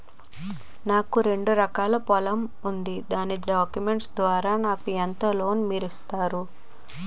నాకు రెండు ఎకరాల పొలం ఉంది దాని డాక్యుమెంట్స్ ద్వారా నాకు ఎంత లోన్ మీరు ఇస్తారు?